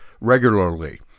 regularly